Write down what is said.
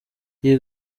iyi